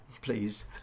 Please